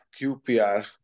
QPR